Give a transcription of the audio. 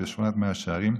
בשכונת מאה שערים.